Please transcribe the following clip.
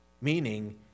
meaning